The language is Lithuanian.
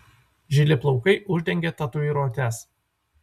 žili plaukai uždengė tatuiruotes